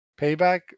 Payback